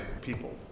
people